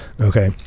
okay